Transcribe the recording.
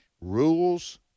Rules